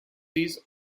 these